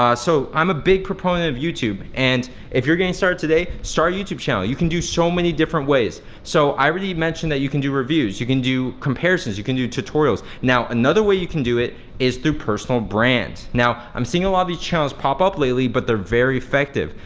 ah so i'm a big proponent of youtube and if you're getting started today, start a youtube channel. you can do so many different ways. so i already mentioned that you can do reviews, you can do comparisons, you can do tutorials. now another way you can do it is through personal brand. now, i'm seeing a lot of these channels pop up lately, but they're very effective.